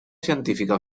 científica